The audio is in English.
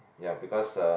ya because uh